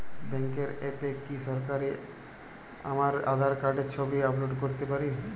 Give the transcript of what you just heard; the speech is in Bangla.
ব্যাংকের অ্যাপ এ কি সরাসরি আমার আঁধার কার্ডের ছবি আপলোড করতে পারি?